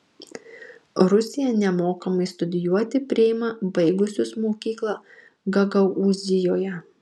rusija nemokamai studijuoti priima baigusius mokyklą gagaūzijoje